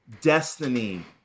Destiny